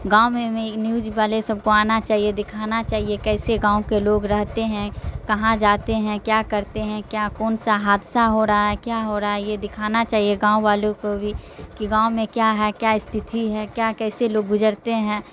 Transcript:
گاؤں میں میں نیوج والے سب کو آنا چاہیے دکھانا چاہیے کیسے گاؤں کے لوگ رہتے ہیں کہاں جاتے ہیں کیا کرتے ہیں کیا کون سا حادثہ ہو رہا ہے کیا ہو رہا ہے یہ دکھانا چاہیے گاؤں والوں کو بھی کہ گاؤں میں کیا ہے کیا استتھی ہے کیا کیسے لوگ گزرتے ہیں